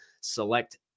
select